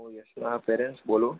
હું યશના પેરેન્ટ્સ બોલું